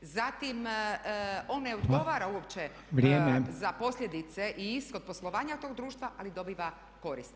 Zatim, on ne odgovara uopće [[Upadica: Vrijeme.]] za posljedice i ishod poslovanja tog društva ali dobiva korist.